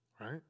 right